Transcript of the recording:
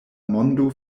mondo